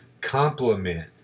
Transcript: compliment